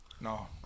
No